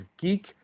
geek